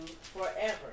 forever